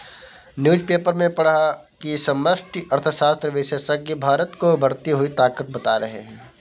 newspaper में पढ़ा की समष्टि अर्थशास्त्र विशेषज्ञ भारत को उभरती हुई ताकत बता रहे हैं